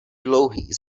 dlouhý